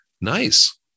Nice